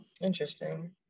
Interesting